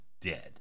dead